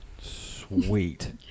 Sweet